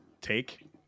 take